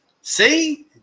See